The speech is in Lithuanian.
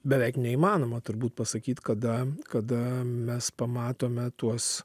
beveik neįmanoma turbūt pasakyt kada kada mes pamatome tuos